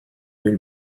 will